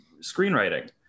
screenwriting